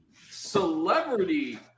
Celebrity